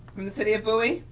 from the city of bowie.